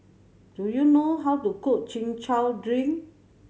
do you know how to cook Chin Chow drink